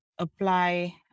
apply